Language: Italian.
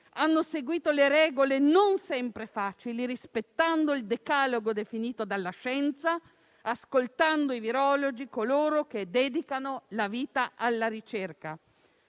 hanno seguito le regole non sempre facili, rispettando il decalogo definito dalla scienza, ascoltando i virologi, coloro che dedicano la vita alla ricerca.